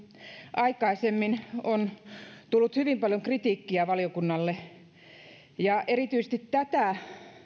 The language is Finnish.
aikaisemmin on tullut hyvin paljon kritiikkiä valiokunnalle erityisesti tätä